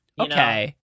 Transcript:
okay